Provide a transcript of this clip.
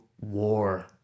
war